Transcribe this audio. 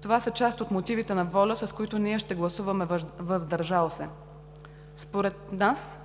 Това са част от мотивите на ВОЛЯ, с които ние ще гласуваме „въздържал се“. Според нас